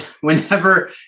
Whenever